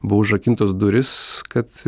buvo užrakintos durys kad